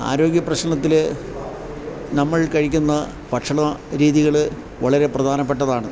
ആരോഗ്യ പ്രശ്നത്തിൽ നമ്മൾ കഴിക്കുന്ന ഭക്ഷണ രീതികൾ വളരെ പ്രധാനപ്പെട്ടതാണ്